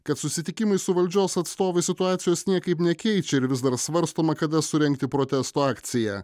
kad susitikimai su valdžios atstovais situacijos niekaip nekeičia ir vis dar svarstoma kada surengti protesto akciją